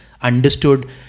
understood